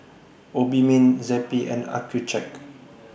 Obimin Zappy and Accucheck